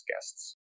guests